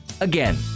Again